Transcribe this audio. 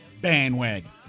bandwagon